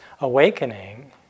awakening